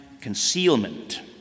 concealment